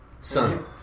Son